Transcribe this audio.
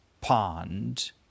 pond